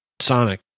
sonic